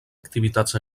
activitats